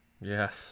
Yes